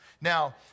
Now